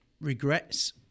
regrets